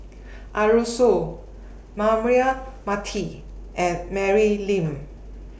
Arasu Braema Mathi and Mary Lim